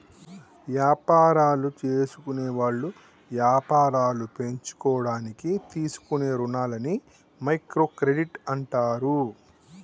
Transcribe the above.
యాపారాలు జేసుకునేవాళ్ళు యాపారాలు పెంచుకోడానికి తీసుకునే రుణాలని మైక్రో క్రెడిట్ అంటారు